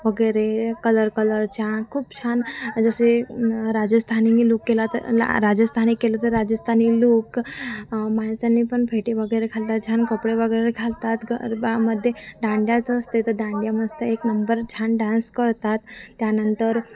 वगैरे colour colour छान खूप छान जसे न राजस्थानी लूक केला तर ला राजस्थानी केलं तर राजस्थानी लूक माणसांनी पण फेटे वगैरे घालतात छान कपडे वगैरे घालतात गरब्यामध्ये दांडियाचं असते तर दांडिया मस्त एक नंबर छान डान्स करतात त्यानंतर